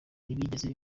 ntibigeze